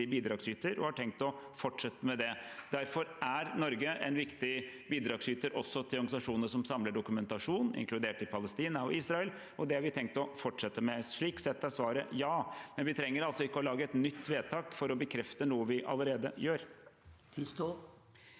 bidragsyter og har tenkt å fortsette å være det. Derfor er Norge en viktig bidragsyter også til organisasjonene som samler dokumentasjon, inkludert i Palestina og Israel, og det har vi tenkt å fortsette å være. Slik sett er svaret ja, men vi trenger altså ikke å fatte et nytt vedtak for å bekrefte noe vi allerede gjør.